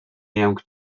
jęk